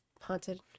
haunted